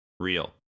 real